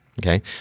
Okay